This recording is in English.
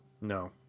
No